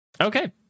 Okay